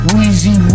Weezy